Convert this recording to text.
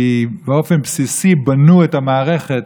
כי באופן בסיסי בנו את המערכת,